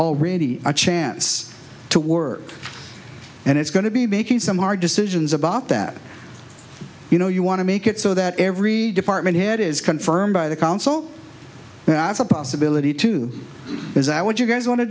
already a chance to work and it's going to be making some hard decisions about that you know you want to make it so that every department head is confirmed by the council that's a possibility too as i would you guys want to